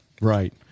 right